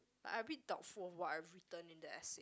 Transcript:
I've been doubtful what I've written in the essay